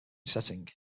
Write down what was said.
setting